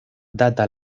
data